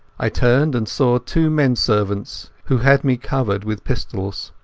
i turned, and saw two men-servants who had me covered with pistols.